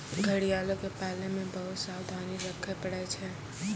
घड़ियालो के पालै मे बहुते सावधानी रक्खे पड़ै छै